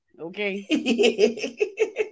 okay